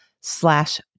slash